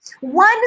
One